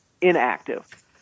inactive